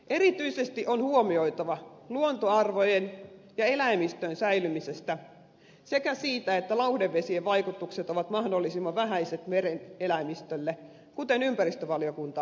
erityisesti on huolehdittava luontoarvojen ja eläimistön säilymisestä sekä siitä että lauhdevesien vaikutukset ovat mahdollisimman vähäiset meren eläimistölle kuten ympäristövaliokunta on todennut